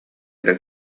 эрэ